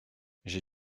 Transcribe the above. j’ai